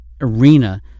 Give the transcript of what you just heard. arena